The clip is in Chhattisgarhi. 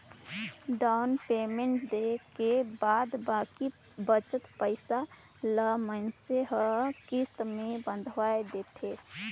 डाउन पेमेंट देय के बाद बाकी बचत पइसा ल मइनसे हर किस्त में बंधवाए देथे